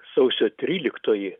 sausio tryliktoji